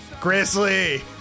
Grizzly